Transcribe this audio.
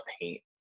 Paint